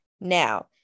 Now